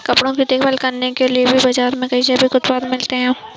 कपड़ों की देखभाल करने के लिए भी बाज़ार में कई जैविक उत्पाद मिलते हैं